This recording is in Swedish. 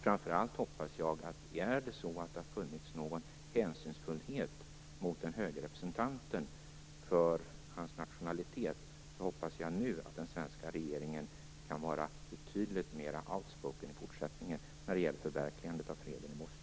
Framför allt hoppas jag, om det nu är så att det har funnits någon hänsynsfullhet mot den höge representanten på grund av hans nationalitet, att den svenska regeringen kan vara betydligt mer outspoken i fortsättningen när det gäller förverkligandet av freden i Bosnien.